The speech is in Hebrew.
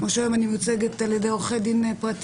כמו שהיום אני מיוצגת על ידי עורכי דין פרטיים,